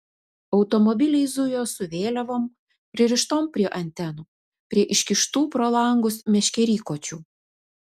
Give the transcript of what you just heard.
automobiliai zujo su vėliavom pririštom prie antenų prie iškištų pro langus meškerykočių